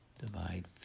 divide